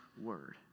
word